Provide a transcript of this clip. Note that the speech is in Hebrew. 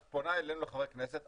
את פונה אלינו לחברי הכנסת,